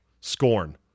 scorn